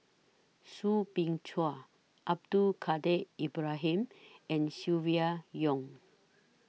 Soo Bin Chua Abdul Kadir Ibrahim and Silvia Yong